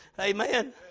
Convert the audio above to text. Amen